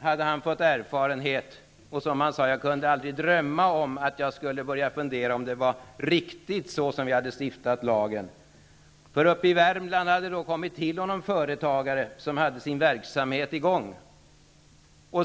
hade Norling alltså vunnit erfarenhet. Han sade att han aldrig kunde drömma om att han skulle börja fundera över riktigheten i fråga om det sätt på vilket vi hade stiftat den här lagen. Uppe i Värmland hade företagare sökt upp honom. Det var företagare som hade sina verksamheter i gång.